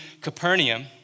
Capernaum